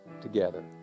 Together